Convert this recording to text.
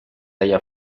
halla